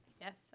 Yes